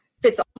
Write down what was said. fits